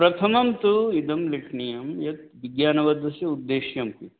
प्रथमं तु इदं लेखनीयं यत् विज्ञानवादस्य उद्देश्यं किम्